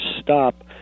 stop